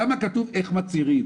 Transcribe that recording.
שם כתוב איך מצהירים.